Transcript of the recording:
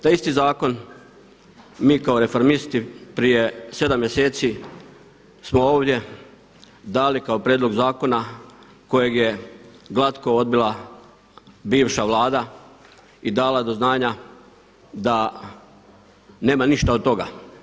Taj isti zakon mi kao Reformisti prije 7 mjeseci smo ovdje dali kao prijedlog zakona kojeg je glatko odbila bivša Vlada i dala do znanja da nema ništa od toga.